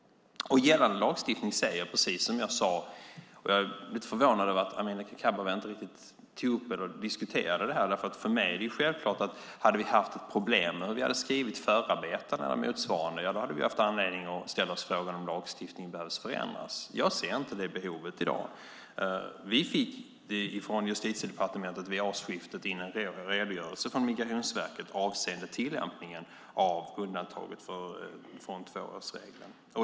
Jag är lite förvånad över att Amineh Kakabaveh inte tog upp och diskuterade detta. För mig är det självklart att om vi hade haft problem med hur vi hade skrivit förarbetena eller motsvarande hade vi haft anledning att ställa oss frågan om lagstiftningen behöver förändras. Jag ser inte det behovet i dag. Vi fick i Justitiedepartementet vid årsskiftet en redogörelse från Migrationsverket avseende tillämpningen av undantaget från tvåårsregeln.